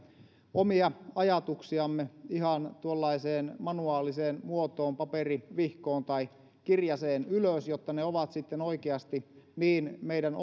omia ajatuksiamme ihan tuollaiseen manuaaliseen muotoon paperivihkoon tai kirjaseen ylös jotta ne ovat sitten oikeasti niin meidän